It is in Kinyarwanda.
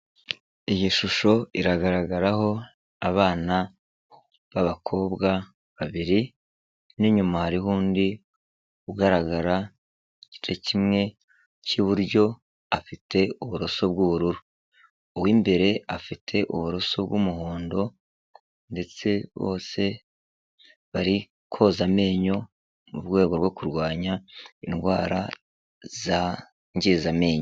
Iyi shusho iragaragaraho abana b'abakobwa babiri n'inyuma hariho undi ugaragara igice kimwe cy'iburyo, afite uburoso bw'ubururu. Uw'imbere afite uburoso bw'umuhondo ndetse bose bari koza amenyo, mu rwego rwo kurwanya indwara zangiza amenyo.